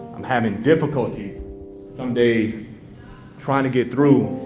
i'm having difficulty some days trying to get through